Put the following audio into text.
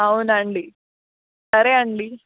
అవునండీ సరే అండీ